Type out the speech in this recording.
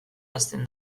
hasten